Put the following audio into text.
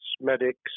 medics